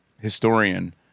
historian